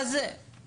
שלום אני רפאל דלויה,